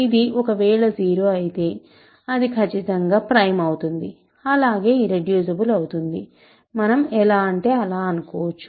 ఇది ఒకవేళ 0 అయితే అది ఖచ్చితంగా ప్రైమ్ అవుతుంది అలాగే ఇర్రెడ్యూసిబుల్ అవుతుంది మనం ఎలా అంటే అలా అనుకోవచ్చు